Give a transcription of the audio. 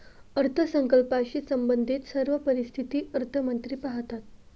अर्थसंकल्पाशी संबंधित सर्व परिस्थिती अर्थमंत्री पाहतात